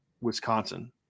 Wisconsin